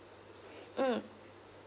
mm